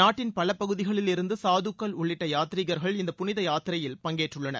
நாட்டின் பல பகுதிகளில் இருந்து சாதுக்கள் உள்ளிட்ட யாத்ரீகர்கள் இந்த புனித யாத்திரையில் பங்கேற்றுள்ளனர்